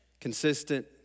consistent